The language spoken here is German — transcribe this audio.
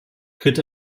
tritt